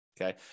Okay